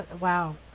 Wow